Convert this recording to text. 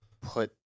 put